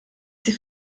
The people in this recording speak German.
sie